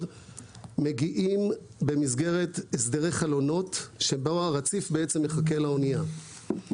מגיעים בהסדרי חלונות שבהם הרציף מחכה לאנייה.